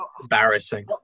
embarrassing